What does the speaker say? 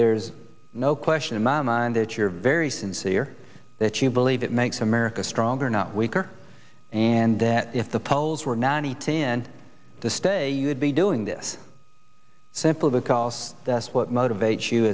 there's no question in my mind that you're very sincere that you believe it makes america stronger not weaker and that if the polls were ninety two and the stay you'd be doing this simple because that's what motivates you